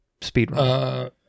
speedrun